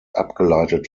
abgeleitet